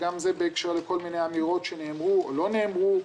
וגם זה בהקשר לכל מיני אמירות שנאמרו או לא נאמרו.